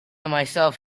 myself